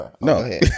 No